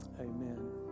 amen